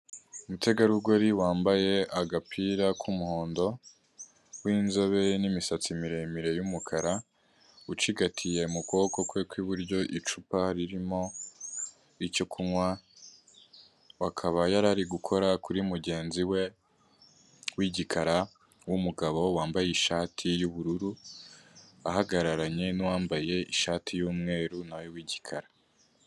Umutegarugori wambaye agapira k'umuhondo w'inzobe n'misatsi miremire y'umukara, ucigatiye mu kuboko kwe kw'iburyo icupa ririmo icyo kunywa akaba yari gukora kuri mugenzi we w'igikara w'umugabo wambaye ishati y'ubururu ahagararanye n'uwambaye ishati y'umweru nawe w'igikara.